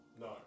No